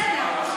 בסדר.